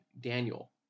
Daniel